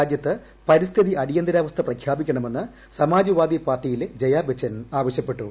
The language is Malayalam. രാജൃത്ത് പരിസ്ഥിതി അടിയന്തിരാവസ്ഥ പ്രഖ്യാപിക്കണമെന്ന് സമാജ്വാദി പാർട്ടിയിലെ ജയാബച്ചൻ ആവശ്യപ്പെട്ടു